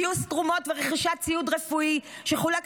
גיוס תרומות ורכישת ציוד רפואי שחולק